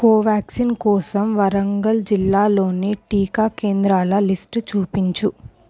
కోవాక్సిన్ కోసం వరంగల్ జిల్లాలోని టీకా కేంద్రాల లిస్టు చూపించు